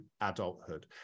adulthood